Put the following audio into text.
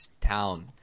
town